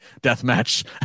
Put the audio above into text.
deathmatch